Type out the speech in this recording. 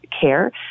care